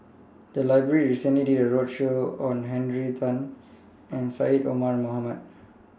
The Library recently did A roadshow on Henry Tan and Syed Omar Mohamed